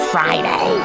Friday